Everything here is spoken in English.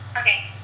Okay